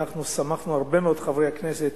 ואנחנו שמחנו מאוד, חברי הכנסת,